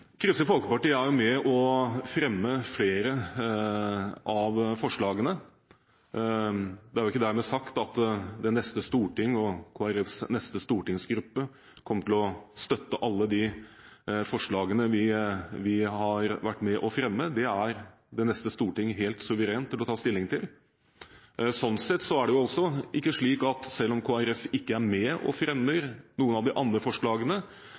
Kristelig Folkeparti er med på å fremme flere av forslagene. Det er ikke dermed sagt at det neste storting og Kristelig Folkepartis neste stortingsgruppe kommer til å støtte alle de forslagene vi har vært med på å fremme. Det er det neste storting helt suverent til å ta stilling til. Selv om Kristelig Folkeparti ikke er med og fremmer noen av de andre forslagene,